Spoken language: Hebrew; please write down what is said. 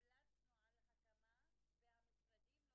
אם אתם רוצים את העובדים הסוציאליים שלכם מתפקדים,